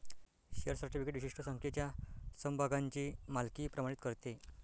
share certificate विशिष्ट संख्येच्या समभागांची मालकी प्रमाणित करते